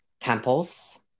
temples